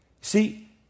See